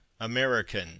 American